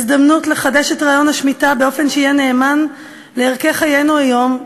הזדמנות לחדש את רעיון השמיטה באופן שיהיה נאמן לערכי חיינו היום,